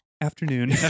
afternoon